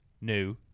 new